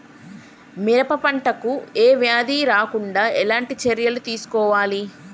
పెరప పంట కు ఏ వ్యాధి రాకుండా ఎలాంటి చర్యలు తీసుకోవాలి?